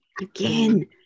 Again